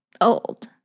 old